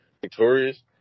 victorious